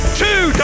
Two